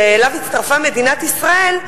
שאליו הצטרפה מדינת ישראל,